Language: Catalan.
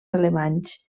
alemanys